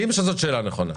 אני מסכים שזאת שאלה נכונה.